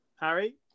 Harry